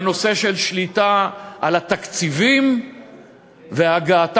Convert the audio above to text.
בנושא של שליטה על התקציבים והגעת